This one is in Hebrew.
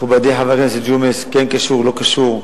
מכובדי, חבר הכנסת ג'ומס, כן קשור לא קשור,